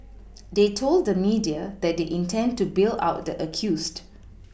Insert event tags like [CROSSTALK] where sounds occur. [NOISE] they told the media that they intend to bail out the accused